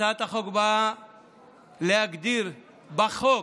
הצעת החוק באה להגדיר בחוק